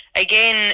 again